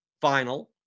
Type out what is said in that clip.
final